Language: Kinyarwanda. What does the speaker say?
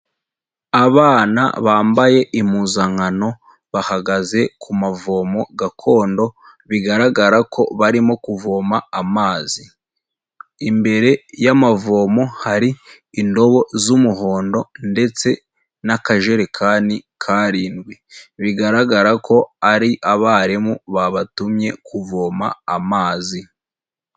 Abana bambaye impuzankano, bahagaze ku mavomo gakondo, bigaragara ko barimo kuvoma amazi, imbere y'amavomo hari indobo z'umuhondo ndetse n'akajerekani karindwi, bigaragara ko ari abarimu babatumye kuvoma amazi.